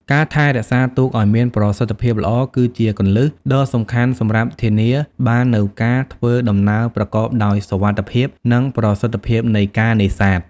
ការថែរក្សាទូកឲ្យមានគុណភាពល្អ គឺជាគន្លឹះដ៏សំខាន់សម្រាប់ធានាបាននូវការធ្វើដំណើរប្រកបដោយសុវត្ថិភាព និងប្រសិទ្ធភាពនៃការនេសាទ។